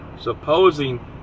supposing